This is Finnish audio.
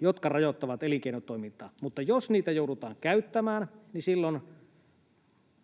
mitkä rajoittavat elinkeinotoimintaa. Mutta jos niitä joudutaan käyttämään, niin silloin